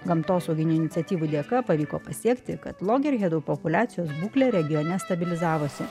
gamtosauginių iniciatyvų dėka pavyko pasiekti kad logerhedų populiacijos būklė regione stabilizavosi